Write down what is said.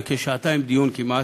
בדיון של שעתיים כמעט,